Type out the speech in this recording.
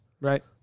Right